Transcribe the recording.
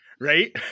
right